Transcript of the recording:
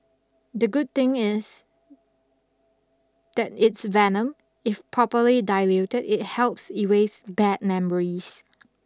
the good thing is that it's venom if properly diluted it helps erase bad memories